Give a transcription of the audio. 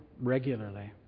regularly